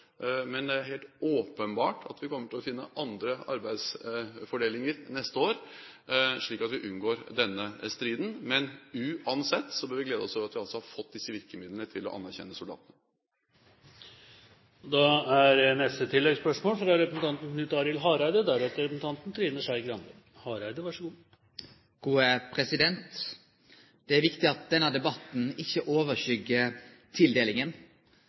Men det er helt åpenbart at vi kommer til å finne andre arbeidsfordelinger neste år, slik at vi unngår denne striden. Men uansett bør vi glede oss over at vi har fått disse virkemidlene for å anerkjenne soldatene. Det er viktig at denne debatten ikkje overskyggjer tildelinga. Det var ei verdig og flott markering 8. mai, som var verdig dei som verkeleg fortente den æra som nasjonen har gitt dei. Derfor er